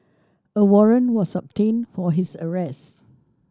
a warrant was obtained for his arrest